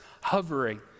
hovering